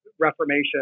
Reformation